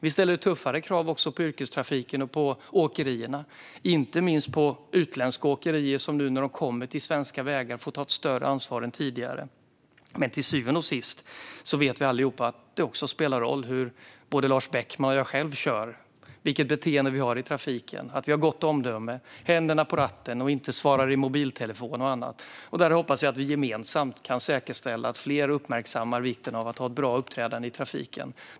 Vi ställer tuffare krav också på yrkestrafiken och på åkerierna, inte minst på utländska åkerier som nu när de kommer till svenska vägar får ta ett större ansvar än tidigare. Till syvende och sist vet vi dock allihop att det också spelar roll hur både Lars Beckman och jag själv kör och vilket beteende vi har i trafiken, att vi har gott omdöme, händerna på ratten och att vi inte svarar i mobiltelefon och annat. Jag hoppas att vi gemensamt kan säkerställa att fler uppmärksammar vikten av ett bra uppträdande i trafiken.